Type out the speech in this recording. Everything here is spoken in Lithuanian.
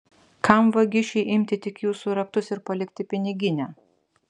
kam vagišiui imti tik jūsų raktus ir palikti piniginę